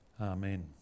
Amen